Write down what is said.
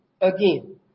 again